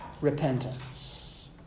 repentance